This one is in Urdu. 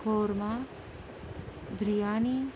قورمہ بریانی